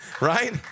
Right